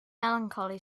melancholy